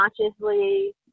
consciously